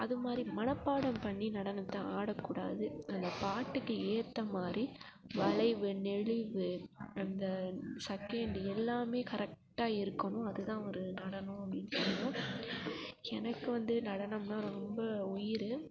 அது மாதிரி மனப்பாடம் பண்ணி நடனத்தை ஆட கூடாது அந்த பாட்டுக்கு ஏற்ற மாதிரி வளைவு நெளிவு அந்த செகண்ட் எல்லாமே கரெக்டாக இருக்கணும் அதுதான் ஒரு நடனம் அப்படின்னு சொல்லுவோம் எனக்கு வந்து நடனம்னா ரொம்ப உயிர்